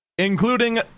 Including